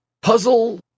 puzzle